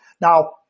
Now